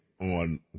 on